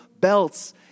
belts